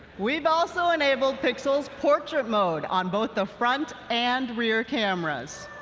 we've also enabled pixel's portrait mode on both the front and rear cameras.